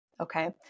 okay